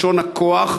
לשון הכוח,